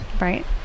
right